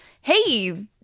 Hey